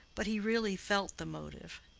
but he really felt the motive.